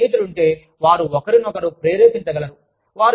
వారికి ఒక స్నేహితుడు ఉంటే వారు ఒకరినొకరు ప్రేరేపించగలరు